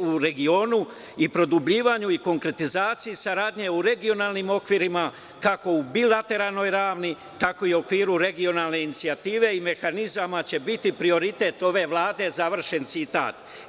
u regionu i produbljivanju i konkretizaciji saradnje u regionalnim okvirima, kako u bilateralnoj ravni, tako i u okviru regionalne inicijative i mehanizama će biti prioritet ove Vlade, završen citat.